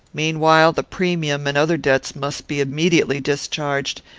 meanwhile, the premium and other debts must be immediately discharged,